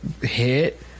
Hit